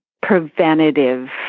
preventative